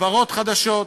חברות חדשות,